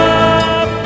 up